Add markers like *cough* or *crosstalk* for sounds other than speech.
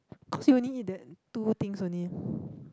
cause you only eat that two things only *breath*